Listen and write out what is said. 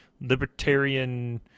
libertarian